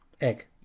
Egg